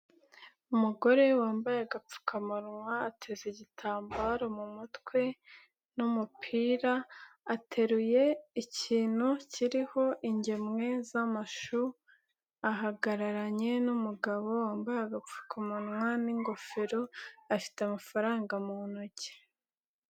Umugore wambaye agapfukamunwa ateze igitambaro mu mutwe n'umupira ateruye ikintu kiriho ingemwe z'amashu, ahagararanye n'umugabo wambaye agapfukamunwa n'ingofero, afite amafaranga mu ntoki.